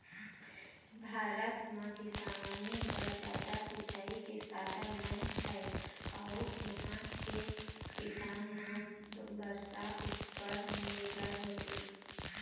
भारत म किसानी बर जादा सिंचई के साधन नइ हे अउ इहां के किसान मन बरसा उपर निरभर होथे